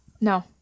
no